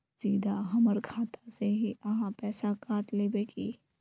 सीधा हमर खाता से ही आहाँ पैसा काट लेबे की?